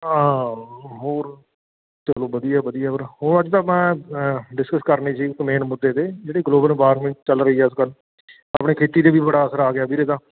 ਹੋਰ ਚਲੋ ਵਧੀਆ ਵਧੀਆ ਵੀਰ ਹੋਰ ਅੱਜ ਤਾਂ ਮੈਂ ਡਿਸਕਸ ਕਰਨੀ ਸੀ ਮੇਨ ਮੁੱਦੇ 'ਤੇ ਜਿਹੜੀ ਗਲੋਬਲ ਵਾਰਮਿੰਗ ਚੱਲ ਰਹੀ ਹੈ ਅੱਜ ਕੱਲ੍ਹ ਆਪਣੇ ਖੇਤੀ 'ਤੇ ਵੀ ਬੜਾ ਅਸਰ ਆ ਗਿਆ ਵੀਰ ਇਹਦਾ